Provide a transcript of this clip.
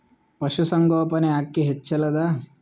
ಪಶುಸಂಗೋಪನೆ ಅಕ್ಕಿ ಹೆಚ್ಚೆಲದಾ?